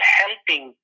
helping